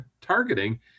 targeting